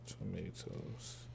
Tomatoes